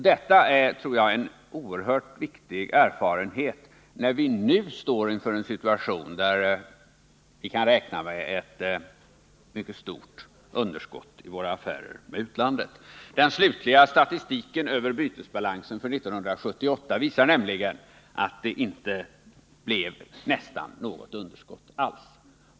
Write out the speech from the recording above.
Detta är, tror jag, en oerhört viktig erfarenhet när vi nu står inför en situation där vi kan räkna med ett mycket stort underskott i våra affärer med utlandet. Den slutliga statistiken över bytesbalansen för 1978 visar nämligen att det nästan inte blev något underskott alls.